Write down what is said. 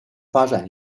发展